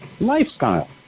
lifestyle